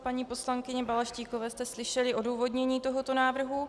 Od paní poslankyně Balaštíkové jste slyšeli odůvodnění tohoto návrhu.